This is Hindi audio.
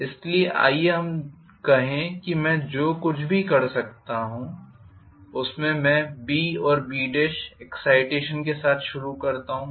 इसलिए आइए हम कहें कि मैं जो कुछ भी कर सकता हूं उसमें मैं B और B एक्साइटेशन के साथ शुरू करता हूं